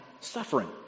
suffering